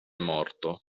morto